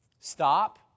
Stop